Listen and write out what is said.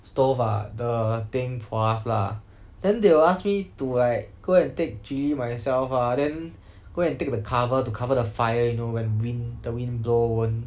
stove ah the thing for us lah then they will ask me to like go and take chilli myself lah then go and take the cover to cover the fire you know when wind the wind blow won't